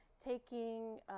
taking